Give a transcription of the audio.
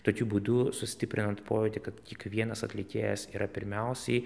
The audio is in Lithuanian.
tokiu būdu sustiprinant pojūtį kad kiekvienas atlikėjas yra pirmiausiai